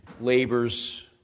labors